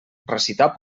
recitar